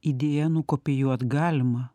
idėją nukopijuot galima